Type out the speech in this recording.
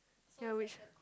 hear which